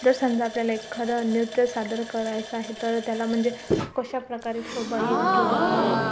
जर समजा आपल्याला एखादं न्युत्य सादर करायचं आहे तर त्याला मंजे कशाप्रकारे शोभा येईल किंवा